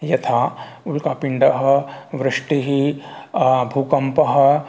यथा उल्कापिण्डः वृष्टिः भूकम्पः